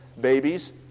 Babies